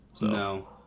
No